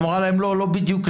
אמרה להם: לא,